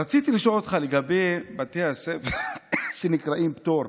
רציתי לשאול אותך לגבי בתי הספר שנקראים פטור,